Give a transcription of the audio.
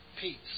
peace